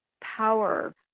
power